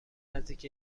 نزدیک